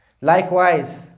Likewise